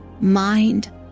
mind